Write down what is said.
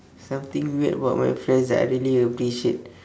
something weird about my friends that I really appreciate